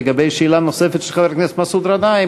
לגבי השאלה הנוספת של חבר הכנסת מסעוד גנאים,